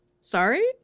sorry